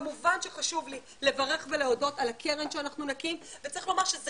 כמובן שחשוב לי לברך ולהודות על הקרן שאנחנו נקים וצריך לומר שזה